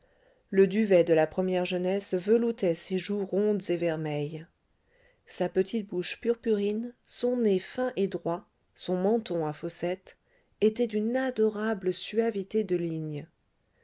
le duvet de la première jeunesse veloutait ses joues rondes et vermeilles sa petite bouche purpurine son nez fin et droit son menton à fossette étaient d'une adorable suavité de lignes